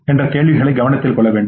" என்பதை கவனத்தில் கொள்ள வேண்டும்